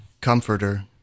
Comforter